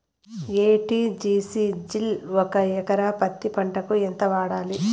ఎ.టి.జి.సి జిల్ ఒక ఎకరా పత్తి పంటకు ఎంత వాడాలి?